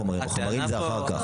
החומרים זה אחר כך.